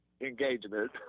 engagement